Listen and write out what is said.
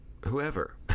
whoever